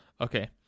Okay